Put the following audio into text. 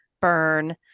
burn